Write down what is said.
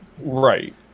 Right